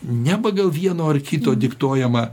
ne pagal vieno ar kito diktuojamą